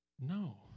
No